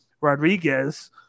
Rodriguez